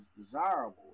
desirable